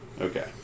Okay